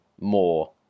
more